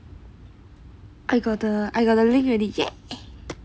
I got the I got the link already